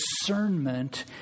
discernment